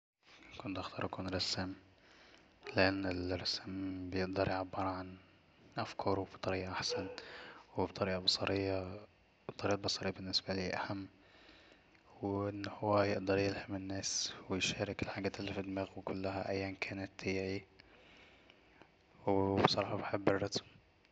كنت هختار أكون رسام لأن الرسام بيقدر يعبر عن أفكاره بطريقة أحسن وبطريقة بصرية الطريقة البصررية بالنسبالي أهم وأن هو يقدر يلهم الناس ويشارك الحجات اللي في دماغه كلها أيا كانت هي اي وبصراحة بحب الرسم